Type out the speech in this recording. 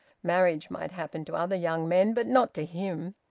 marriage might happen to other young men, but not to him.